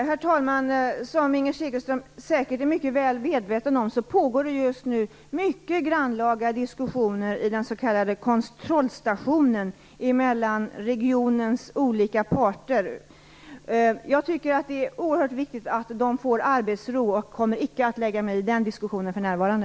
Herr talman! Som Inger Segelström säkert är mycket väl medveten om pågår det just nu mycket grannlaga diskussioner i den s.k. kontrollstationen mellan regionens olika parter. Jag tycker att det är oerhört viktigt att de får arbetsro, och kommer icke att lägga mig i den diskussionen för närvarande.